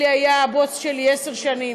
אלי היה הבוס שלי עשר שנים,